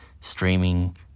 streaming